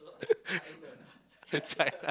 the China